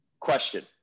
question